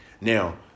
Now